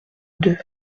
deux